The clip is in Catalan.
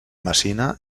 messina